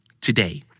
today